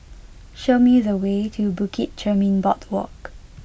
show me the way to Bukit Chermin Boardwalk